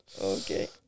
Okay